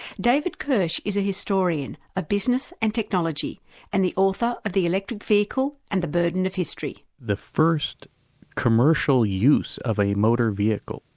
david kirsch is a historian of business and technology and the author of the electric vehicle and the burden of history. the first commercial use of a motor vehicle,